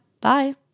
Bye